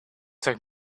take